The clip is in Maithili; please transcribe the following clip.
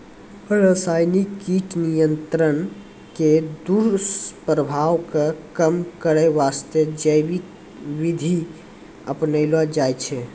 रासायनिक कीट नियंत्रण के दुस्प्रभाव कॅ कम करै वास्तॅ जैविक विधि अपनैलो जाय छै